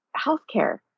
healthcare